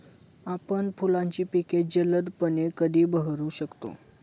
आपण फुलांची पिके जलदपणे कधी बहरू शकतो?